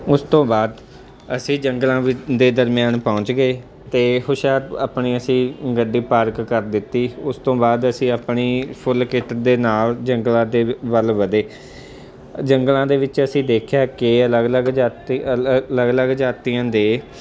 ਉਸ ਤੋਂ ਬਾਅਦ ਅਸੀਂ ਜੰਗਲਾਂ ਵਿ ਦੇ ਦਰਮਿਆਨ ਪਹੁੰਚ ਗਏ ਅਤੇ ਹੁਸ਼ਿਆਰ ਆਪਣੀ ਅਸੀਂ ਗੱਡੀ ਪਾਰਕ ਕਰ ਦਿੱਤੀ ਉਸ ਤੋਂ ਬਾਅਦ ਅਸੀਂ ਆਪਣੀ ਫੁੱਲ ਕਿਟ ਦੇ ਨਾਲ ਜੰਗਲਾਂ ਦੇ ਵ ਵੱਲ ਵਧੇ ਜੰਗਲਾਂ ਦੇ ਵਿੱਚ ਅਸੀਂ ਦੇਖਿਆ ਕਿ ਅਲੱਗ ਅਲੱਗ ਜਾਤੀ ਅਲੱਗ ਅਲੱਗ ਜਾਤੀਆਂ ਦੇ